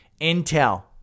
Intel